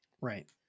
Right